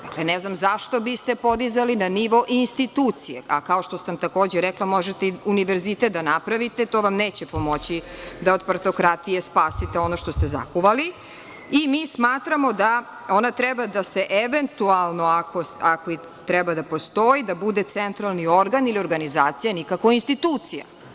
Dakle, ne znam zašto bi ste podizali na nivo institucije, a kao što sam, takođe rekla, možete univerzitet da napravite, to vam neće pomoći da od partokratije spasite ono što ste zakovali i mi smatramo da ona treba da se, eventualno ako treba da postoji, da bude centralni organ ili organizacija, nikako institucija.